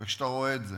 וכשאתה רואה את זה,